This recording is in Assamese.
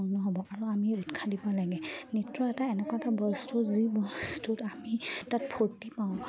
নহ'ব আৰু আমি উৎসাহ দিব লাগে নৃত্য এটা এনেকুৱা এটা বস্তু যি বস্তুত আমি তাত ফূৰ্তি পাওঁ